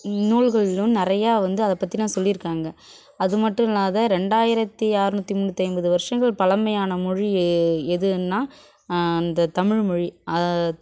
நூல்களிலும் நிறையா வந்து அதை பற்றி தான் சொல்லியிருக்காங்க அது மட்டும் இல்லாது ரெண்டாயிரத்து அறநூற்றி முன்னூற்றைம்பது வருஷங்கள் பழமையான மொழி எதுனால் இந்த தமிழ்மொழி